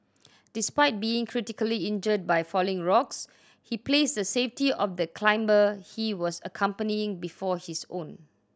despite being critically injured by falling rocks he placed the safety of the climber he was accompanying before his own